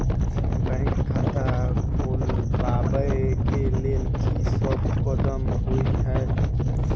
Bank खाता खोलबाबै केँ लेल की सब कदम होइ हय?